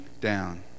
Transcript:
down